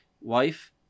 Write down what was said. wife